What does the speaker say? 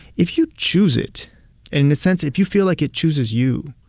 if you choose it in the sense if you feel like it chooses you,